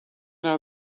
know